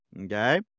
Okay